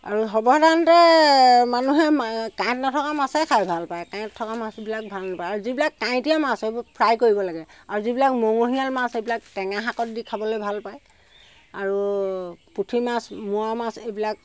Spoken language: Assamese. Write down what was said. আৰু সৰ্বসাধাৰণতে মানুহে কাঁইট নথকা মাছে খাই ভাল পায় কাঁইট থকা মাছবিলাক ভাল নাপায় আৰু যিবিলাক কাঁইটীয়া মাছ সেইবোৰ ফ্ৰাই কৰিব লাগে আৰু যিবিলাক মঙহীয়াল মাছ সেইবোৰ টেঙা শাকত দি খাবলৈ ভাল পায় আৰু পুঠি মাছ মোৱা মাছ এইবিলাক